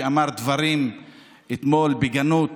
שאמר אתמול דברים בגנות